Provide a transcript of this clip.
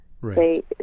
Right